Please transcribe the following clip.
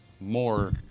more